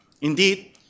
Indeed